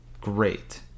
great